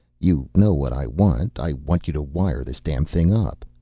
you know what i want. i want you to wire this damn thing up.